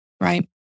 Right